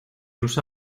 usa